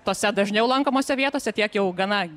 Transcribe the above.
tose dažniau lankomose vietose tiek jau gana